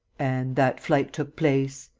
and that flight took place?